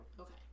Okay